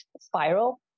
spiral